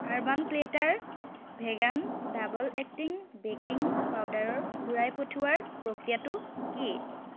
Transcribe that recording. urban platter vegan double acting baking পাউডাৰৰ ঘূৰাই পঠিওৱাৰ প্ৰক্ৰিয়াটো কি